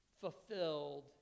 fulfilled